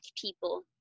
people